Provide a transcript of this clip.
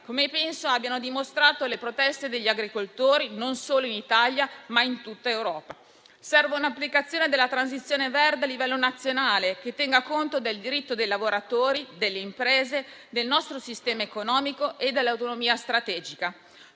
come penso abbiano dimostrato le proteste degli agricoltori, non solo in Italia, ma in tutta Europa. Serve un'applicazione della transizione verde a livello nazionale, che tenga conto del diritto dei lavoratori, delle imprese, del nostro sistema economico e dell'autonomia strategica.